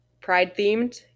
Pride-themed